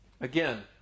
Again